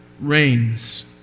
reigns